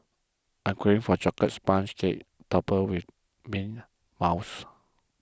I am craving for a Chocolate Sponge Cake Topped with Mint Mousse